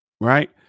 right